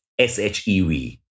SHEV